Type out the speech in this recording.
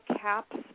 caps